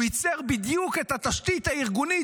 הוא ייצר בדיוק את התשתית הארגונית